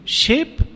shape